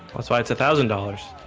that's why it's a thousand dollars